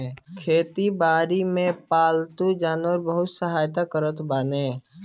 खेती बारी में पालतू जानवर बहुते सहायता करत बाने